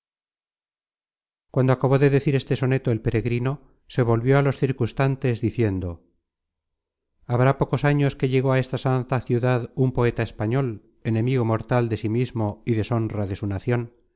cuando acabó de decir este soneto el peregrino se volvió á los circunstantes diciendo habrá pocos años que llegó á esta santa ciudad un poeta español enemigo mortal de sí mismo y deshonra de su nacion